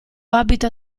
abito